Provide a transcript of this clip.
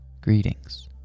Greetings